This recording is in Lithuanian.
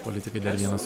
politikai dar vienas